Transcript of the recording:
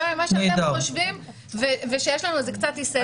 ממה שאתם חושבים ושיש לנו קצת אי סדר.